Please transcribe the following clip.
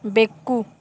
ಬೆಕ್ಕು